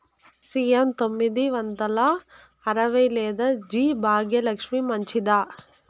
CM తొమ్మిది వందల అరవై లేదా జి భాగ్యలక్ష్మి మంచిదా?